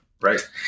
right